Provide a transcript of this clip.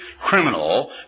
criminal